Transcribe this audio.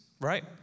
right